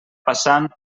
passant